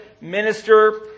minister